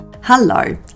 Hello